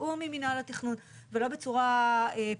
בתיאום עם מינהל התכנון ולא בצורה פרועה.